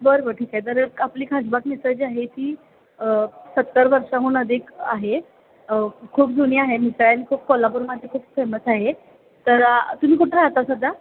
बरं बरं ठीक आहे तर आपली खासबाग मिसळ जी आहे ती सत्तर वर्षाहून अधिक आहे खूप जुनी आहे मिसळ खूप कोल्हापूरमध्ये खूप फेमस आहे तर तुम्ही कुठं राहता सध्या